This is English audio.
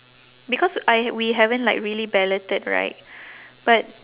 because I we haven't like really balloted right but